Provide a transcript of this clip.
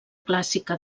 clàssica